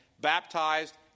baptized